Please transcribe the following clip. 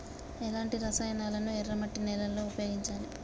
ఎలాంటి రసాయనాలను ఎర్ర మట్టి నేల లో ఉపయోగించాలి?